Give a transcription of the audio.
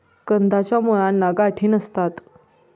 कंदाच्या मुळांना गाठी नसतात